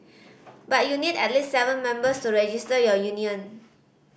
but you need at least seven members to register your union